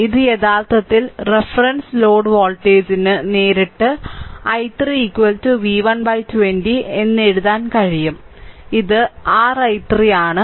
ഇത് യഥാർത്ഥത്തിൽ reference load വോൾട്ടേജിന് നേരിട്ട് i3 v1 20 എന്ന് എഴുതാൻ കഴിയും ഇത് r i3 ആണ്